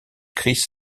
chris